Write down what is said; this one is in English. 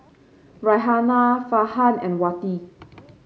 Raihana Farhan and Wati